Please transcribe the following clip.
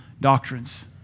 doctrines